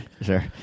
Sure